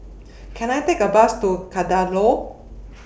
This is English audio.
Can I Take A Bus to Kadaloor